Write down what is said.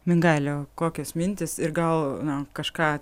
mingaile kokios mintys ir gal na kažką